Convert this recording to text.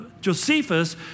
Josephus